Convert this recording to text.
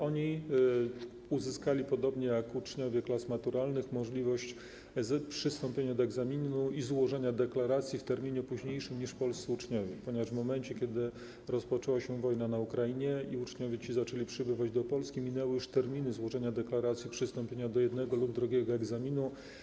Oni uzyskali, podobnie jak uczniowie klas maturalnych, możliwość przystąpienia do egzaminu, a także możliwość złożenia deklaracji w terminie późniejszym niż polscy uczniowie, ponieważ kiedy rozpoczęła się wojna na Ukrainie i uczniowie ci zaczęli przybywać do Polski, minęły już terminy złożenia deklaracji przystąpienia do jednego lub drugiego egzaminu.